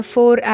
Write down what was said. Four